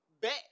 bet